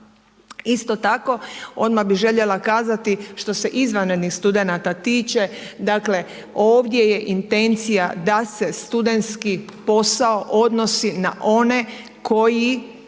Isto tako, odmah bi željela kazati što se izvanrednih studenata tiče dakle, ovdje je intencija da se studentski posao odnosi na one koji